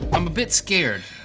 i'm a bit scared.